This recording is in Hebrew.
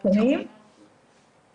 האם אנחנו יודעים,